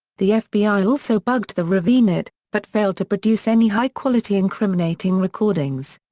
the fbi also bugged the ravenite, but failed to produce any high-quality incriminating recordings.